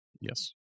yes